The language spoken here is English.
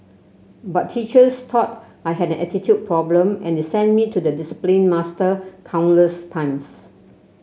but teachers thought I had an attitude problem and they sent me to the discipline master countless times